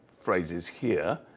phrases here.